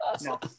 no